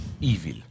evil